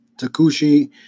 Takushi